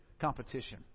competition